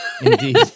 indeed